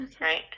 right